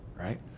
right